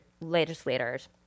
legislators